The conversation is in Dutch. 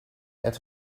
het